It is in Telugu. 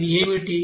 అది ఏమిటి